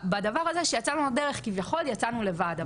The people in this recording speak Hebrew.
בדבר הזה שיצאנו לדרך כביכול יצאנו לבד,